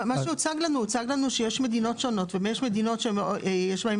הוצג לנו שיש מדינות שונות ויש מדינות שיש בהן